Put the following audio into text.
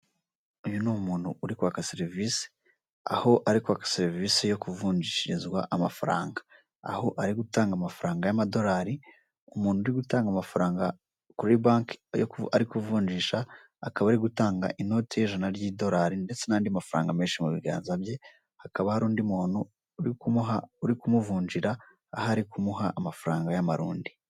uyu ni umuntu uri kwaka serivisi aho ariko serivisi yo kuvunjishizwa amafaranga aho ari gutanga amafaranga y'amadolari umuntu uri gutanga amafaranga kuri banki ari kuvunjisha akaba ari gutanga inoti y’ijana ry'idolari ndetse n'andi mafaranga menshi mu biganza bye . Hakaba hari undi muntu uri kumuvunjira akaba ari kumuha amafaranga y'amarundi.